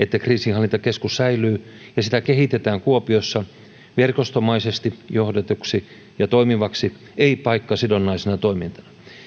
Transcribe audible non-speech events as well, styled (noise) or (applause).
(unintelligible) että kriisinhallintakeskus säilyy ja sitä kehitetään kuopiossa verkostomaisesti johdetuksi ja toimivaksi ei paikkasidonnaisena toimintana